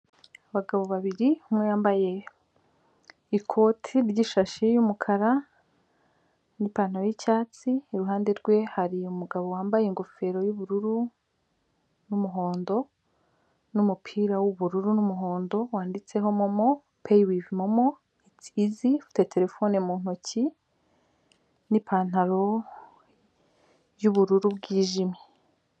Abagabo babiri umwe yambaye ikote ry'ishashi y'umukara n'ipantalo y'icyatsi iruhande rwe hari umugabo wambaye ingofero y'ubururu n'umuhondo n'umupira w'ubururu n'umuhondo wanditseho momo, payi wivi momo ndetse ufite terefone mu ntoki n'ipantalo n'ipantalo y'ubururu bwijimye.